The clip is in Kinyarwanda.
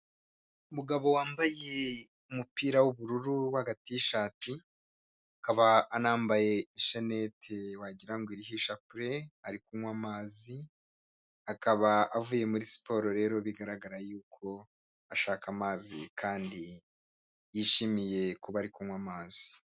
Umugabo wambaye umupira w'ubururu wo hagatishati akaba anambaye shannete wagira irihisha p ari kunywa amazi akaba avuye muri siporo rero bigaragara yuko ashaka amazi kandi yishimiye kuba bari kunywa amazi.